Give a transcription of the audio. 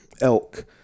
elk